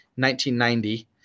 1990